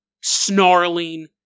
Snarling